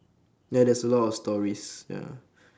ya there's a lot of stories ya